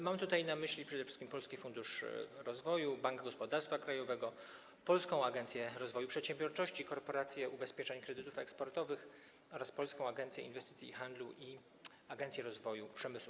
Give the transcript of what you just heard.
Mam na myśli przede wszystkim Polski Fundusz Rozwoju, Bank Gospodarstwa Krajowego, Polską Agencję Rozwoju Przedsiębiorczości, Korporację Ubezpieczeń Kredytów Eksportowych, Polską Agencję Inwestycji i Handlu oraz Agencję Rozwoju Przemysłu.